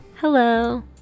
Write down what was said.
Hello